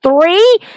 three